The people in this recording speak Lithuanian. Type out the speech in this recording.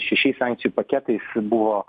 šešiais sankcijų paketais buvo